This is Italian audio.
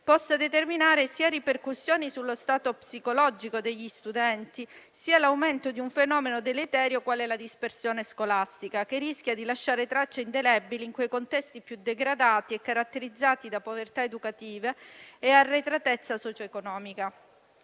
possa determinare sia ripercussioni sullo stato psicologico degli studenti sia l'aumento di un fenomeno deleterio quale la dispersione scolastica, che rischia di lasciare tracce indelebili in quei contesti più degradati e caratterizzati da povertà educative e arretratezza socio-economica.